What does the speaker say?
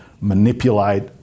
manipulate